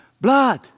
Blood